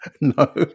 No